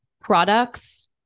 products